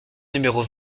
numéro